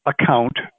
account